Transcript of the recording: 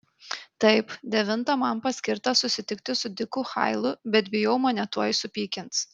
taip devintą man paskirta susitikti su diku hailu bet bijau mane tuoj supykins